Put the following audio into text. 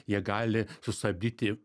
jie gali sustabdyti